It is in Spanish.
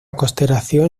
constelación